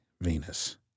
Venus